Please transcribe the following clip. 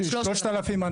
לא דרך טלפון,